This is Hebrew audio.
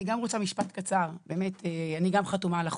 אני גם חתומה על החוק.